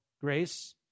grace